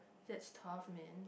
that's tough man